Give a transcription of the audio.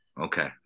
Okay